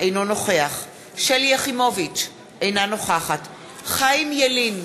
אינו נוכח שלי יחימוביץ, אינה נוכחת חיים ילין,